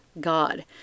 God